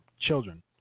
Children